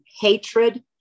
hatred